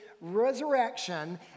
resurrection